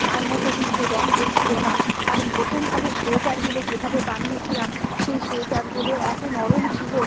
তার মতো কিন্তু রঙ হচ্ছিলো না কারণ প্রথমকারের সোয়েটারগুলো যেভাবে বানিয়েছিলাম সেই সোয়েটারগুলো এতো নরম ছিলো